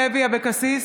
אבקסיס,